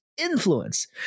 influence